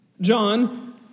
John